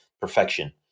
perfection